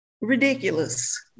ridiculous